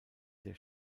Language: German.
der